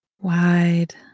wide